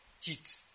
Heat